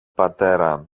πατέρα